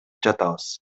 жатабыз